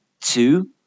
two